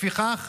לפיכך,